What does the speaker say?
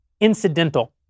incidental